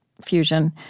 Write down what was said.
fusion